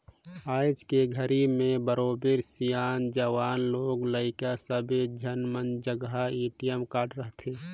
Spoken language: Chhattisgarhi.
आयज के घरी में बरोबर सियान, जवान, लोग लइका सब्बे झन मन जघा ए.टी.एम कारड रथे